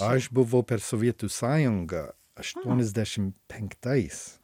aš buvau per sovietų sąjungą aštuoniasdešim penktais